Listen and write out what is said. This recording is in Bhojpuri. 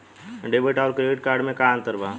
डेबिट आउर क्रेडिट कार्ड मे का अंतर बा?